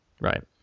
right